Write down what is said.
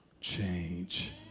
change